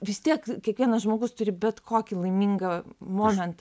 vis tiek kiekvienas žmogus turi bet kokį laimingą momentą